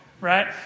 Right